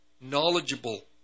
knowledgeable